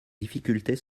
difficultés